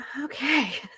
Okay